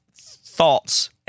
thoughts